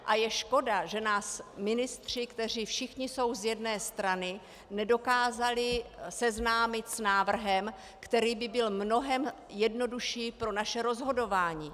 A je škoda, že nás ministři, kteří všichni jsou z jedné strany, nedokázali seznámit s návrhem, který by byl mnohem jednodušší pro naše rozhodování.